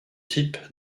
type